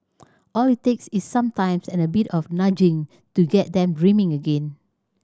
all it takes is some time and a bit of nudging to get them dreaming again